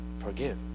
forgive